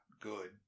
good